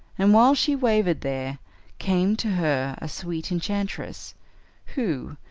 and while she wavered there came to her a sweet enchantress who,